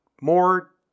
more